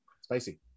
Spicy